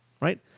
right